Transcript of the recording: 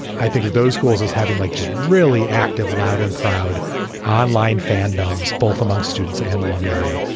i think of those schools as having like just really active, loud and proud online fandoms, both among students and alumni.